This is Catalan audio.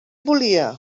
volia